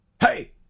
Hey